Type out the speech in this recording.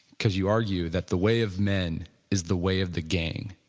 because you argue, that the way of men, is the way of the gang,